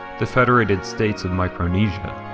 the federated states of micronesia,